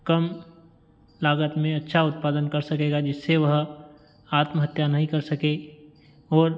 कम लागत में अच्छा उत्पादन कर सकेगा जिससे वह आत्महत्या नहीं कर सकें और